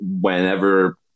whenever